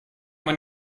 man